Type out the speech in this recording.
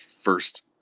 first